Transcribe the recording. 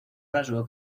rasgo